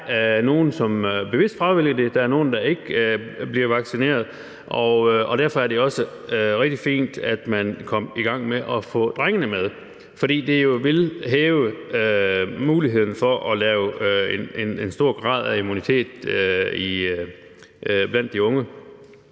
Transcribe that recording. der er nogle, som bevidst fravælger det. Der er nogle, der ikke bliver vaccineret, og derfor er det også rigtig fint, at man kom i gang med at få drengene med, fordi det vil øge muligheden for at skabe en høj grad af immunitet blandt de unge.